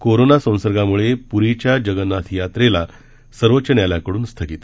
corona संसर्गामुळं पुरीच्या जगन्नाथ यात्रेला सर्वोच्च न्यायालयाकडून स्थगिती